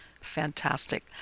Fantastic